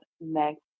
next